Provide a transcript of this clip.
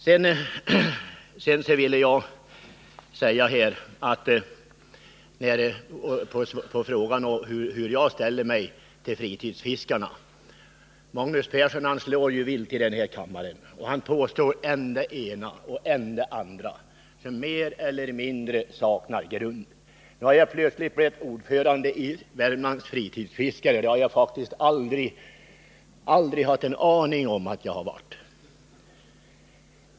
Som svar på frågan hur jag ställer mig till fritidsfiskarna vill jag säga att Magnus Persson slår vilt i den här kammaren och påstår än det ena, än det andra som mer eller mindre saknar grund. Nu har jag plötsligt blivit ordförande för Värmlands fritidsfiskare, men det har jag faktiskt aldrig haft en aning om att jag har varit.